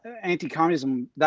anti-communism